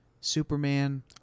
Superman